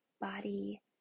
body